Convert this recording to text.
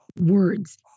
words